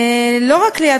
לא רק ליד